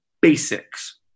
basics